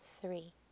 three